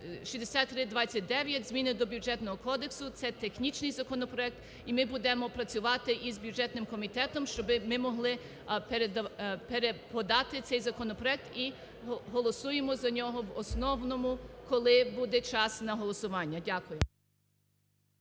6329, зміни до Бюджетного кодексу, це технічний законопроект, і ми будемо працювати із бюджетним комітетом, щоб ми могли переподати цей законопроект, і голосуємо за нього в основному, коли буде час на голосування. Дякую.